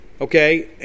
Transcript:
okay